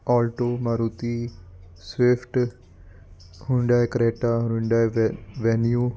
Alto Maruti Swift Hyundai Creta Hyundai ਵੈ Venue